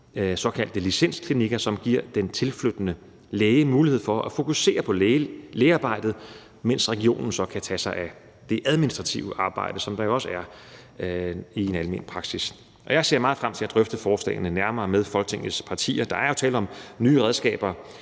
såkaldte licensklinikker, som giver den tilflyttende læge mulighed for at fokusere på lægearbejdet, mens regionen så kan tage sig af det administrative arbejde, som der jo også er i en almen praksis. Jeg ser meget frem til at drøfte forslagene nærmere med Folketingets partier. Der er jo tale om nye redskaber,